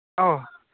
ꯑꯧ